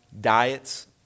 diets